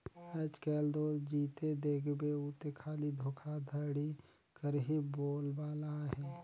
आएज काएल दो जिते देखबे उते खाली धोखाघड़ी कर ही बोलबाला अहे